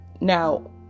Now